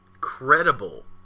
Credible